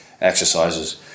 exercises